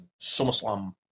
SummerSlam